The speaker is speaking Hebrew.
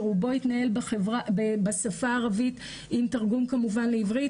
שרובו יתנהל בשפה הערבית עם תרגום כמובן לעברית